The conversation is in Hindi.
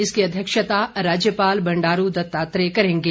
इसकी अध्यक्षता राज्यपाल बंडारू दत्तात्रेय करेंगे